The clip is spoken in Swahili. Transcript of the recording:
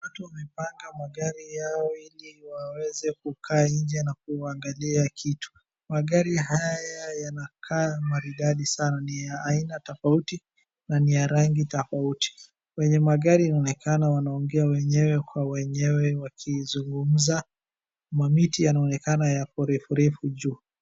Watu wamepaka magari yao ili waweze kukaa nje na kuangalia kitu. Magari haya yanakaa maridadi sana. Ni ya aina tofauti na ni ya rangi tofauti. Wenye magari inaonekana wanaongea wenyewe kwa wenyewe wakizungumza. Mamiti yanaonekana yako refu refu juu.